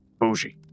Bougie